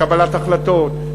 קבלת החלטות,